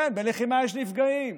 כן, בלחימה יש נפגעים.